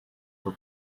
for